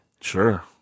Sure